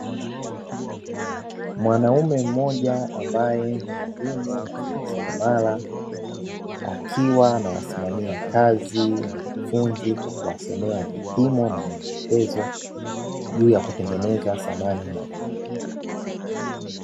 Mwanaume mmoja ambaye ni mwalimu na fundi seremala akiwa anawasimamia kazi wanafunzi kwa kuwasomea vipimo na maelekezo juu ya kutengeneza samani mbalimbali.